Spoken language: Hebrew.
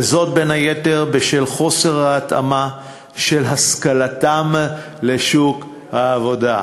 וזאת בין היתר בשל חוסר ההתאמה של השכלתם לשוק העבודה.